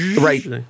Right